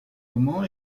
comment